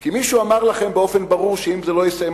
כי מישהו אמר לכם באופן ברור שאם זה לא יסתיים